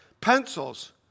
pencils